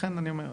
לכן אני אומר,